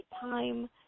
time